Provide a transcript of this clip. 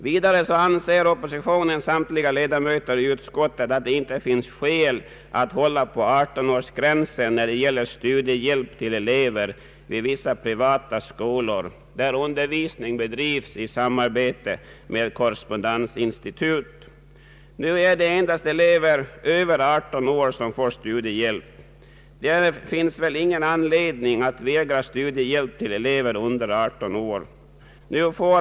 Vidare anser oppositionens samtliga ledamöter i utskottet att det inte finns skäl att hålla på 18-årsgränsen när det gäller studiehjälp till elever vid vissa privata skolor, där undervisning bedrivs i samarbete med korrespondensinstitut. Nu får endast elever över 18 år studiehjälp. Det finns väl ingen anledning att vägra studiehjälp till elever under 18 år.